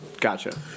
Gotcha